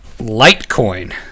Litecoin